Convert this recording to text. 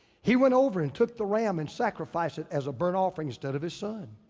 he went over and took the ram and sacrificed it as a burnt offering instead of his son.